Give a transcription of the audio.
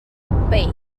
beic